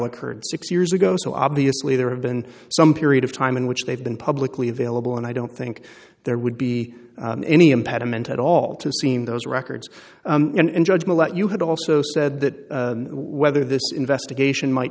occurred six years ago so obviously there have been some period of time in which they've been publicly available and i don't think there would be any impediment at all to seen those records and judge millette you had also said that whether this investigation might